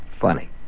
Funny